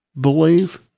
believe